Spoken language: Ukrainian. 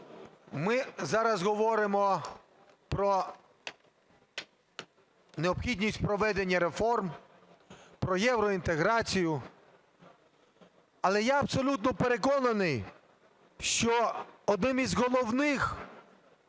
Ми зараз говоримо про необхідність проведення реформ, про євроінтеграцію. Але я абсолютно переконаний, що один з головних